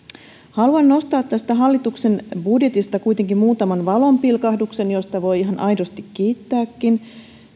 haluan nostaa tästä hallituksen budjetista kuitenkin muutaman valonpilkahduksen joista voi ihan aidosti kiittääkin